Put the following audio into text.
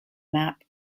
map